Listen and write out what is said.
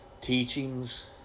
teachings